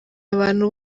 abantu